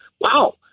wow